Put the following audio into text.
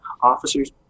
officers